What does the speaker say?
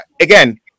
again